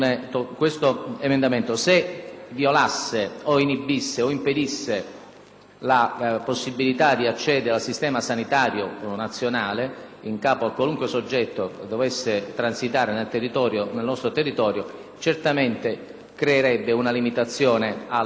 la possibilità di accedere al Servizio sanitario nazionale in capo a qualunque soggetto che dovesse transitare nel nostro territorio, certamente creerebbe una limitazione e un mancato rispetto della persona umana.